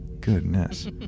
goodness